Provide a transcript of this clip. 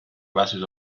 classes